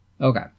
Okay